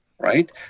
right